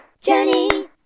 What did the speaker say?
journey